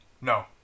No